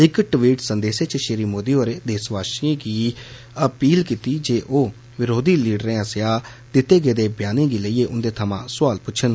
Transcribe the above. इक टवीट् संदेस च श्री मोदी होरें देषवासियें गी अपील कीती जे ओह् बरोधी लीडरें आसेआ दित्ते गेदे बयानें गी लेइयै उंदे थ्मां सोआल पुच्छन